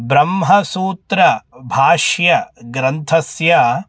ब्रह्मसूत्रभाष्यग्रन्थस्य